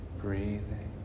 breathing